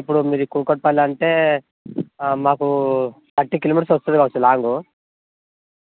ఇప్పుడు మీది కూకట్పల్లి అంటే మాకు ఫార్టీ కిలోమీటర్స్ వస్తుంది కావచ్చు లాంగు